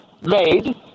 made